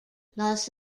los